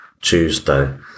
Tuesday